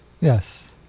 yes